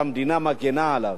שהמדינה מגינה עליו.